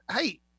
Hey